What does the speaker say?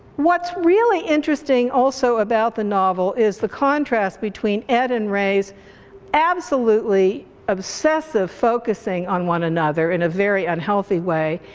what's really interesting also also about the novel is the contrast between ed and ray's absolutely obsessive focusing on one another in a very unhealthy way,